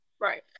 right